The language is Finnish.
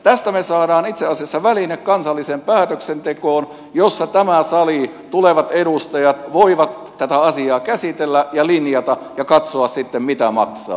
tästä me saamme itse asiassa välineen kansalliseen päätöksentekoon jossa tämä sali tulevat edustajat voivat tätä asiaa käsitellä ja linjata ja katsoa sitten mitä maksaa